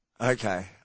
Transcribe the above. Okay